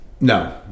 No